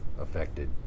affected